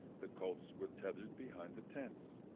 the colts were tethered behind the tents,